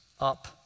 up